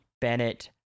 Bennett